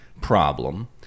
problem